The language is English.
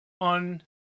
on